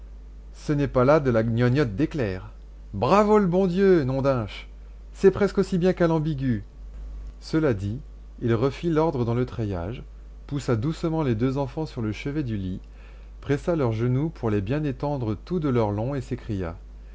ce n'est pas là de la gnognotte d'éclair bravo le bon dieu nom d'unch c'est presque aussi bien qu'à l'ambigu cela dit il refit l'ordre dans le treillage poussa doucement les deux enfants sur le chevet du lit pressa leurs genoux pour les bien étendre tout de leur long et s'écria